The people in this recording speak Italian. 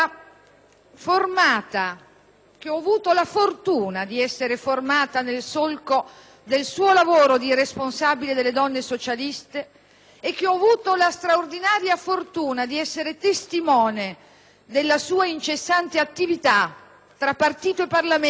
che ho avuto la fortuna di essere formata nel solco del suo lavoro di responsabile delle donne socialiste e che ho avuto la straordinaria fortuna di essere testimone della sua incessante attività tra partito e Parlamento,